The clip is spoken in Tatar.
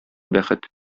бәхет